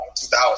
2000